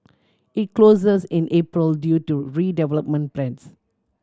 it closes in April due to redevelopment plans